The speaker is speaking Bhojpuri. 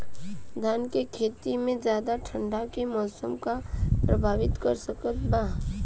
धान के खेती में ज्यादा ठंडा के मौसम का प्रभावित कर सकता बा?